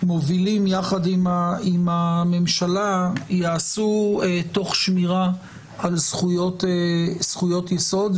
מובילים יחד עם הממשלה ייעשו תוך שמירה על זכויות יסוד,